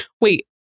Wait